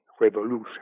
revolution